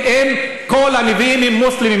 כל הנביאים הם מוסלמים,